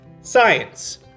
Science